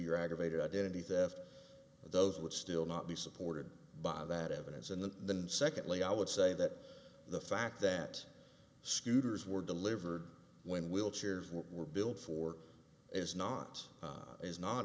your aggravated identity theft those would still not be supported by that evidence and the secondly i would say that the fact that scooters were delivered when will chairs were built for is not is not